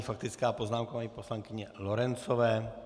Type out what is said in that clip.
Nyní faktická poznámka paní poslankyně Lorencové.